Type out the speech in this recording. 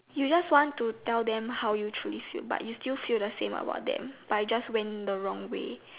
you just want to tell them how you truly feel but you still feel the same about them by just went in the wrong way